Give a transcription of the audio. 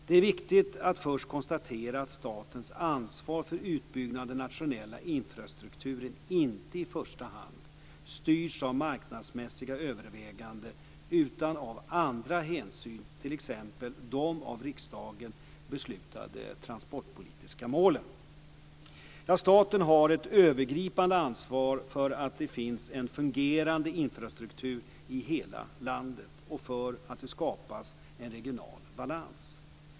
Det är viktigt att först konstatera att statens ansvar för utbyggnad av den nationella infrastrukturen inte i första hand styrs av marknadsmässiga överväganden utan av andra hänsyn, t.ex. de av riksdagen beslutade transportpolitiska målen. Staten har ett övergripande ansvar för att det finns en fungerande infrastruktur i hela landet och för att det skapas en regional balans.